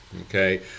Okay